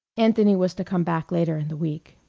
anthony was to come back later in the week.